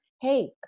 Hey